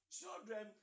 children